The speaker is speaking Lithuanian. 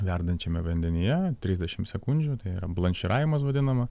verdančiame vandenyje trisdešimt sekundžių tai yra blanširavimas vadinama